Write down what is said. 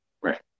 Right